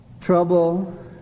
Trouble